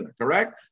correct